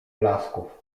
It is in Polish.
blasków